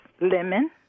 Lemon